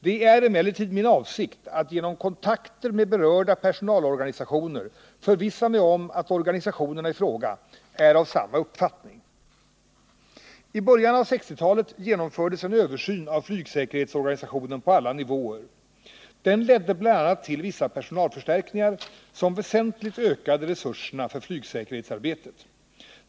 Det är emellertid min avsikt att genom kontakter med berörda personalorganisationer förvissa mig om att organisationerna i fråga är av samma uppfattning. I början av 1960-talet genomfördes en översyn av flygsäkerhetsorganisationen på alla nivåer. Den ledde bl.a. till vissa personalförstärkningar, som väsentligt ökade resurserna för flygsäkerhetsarbetet.